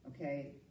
Okay